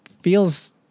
feels